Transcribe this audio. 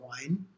wine